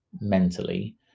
mentally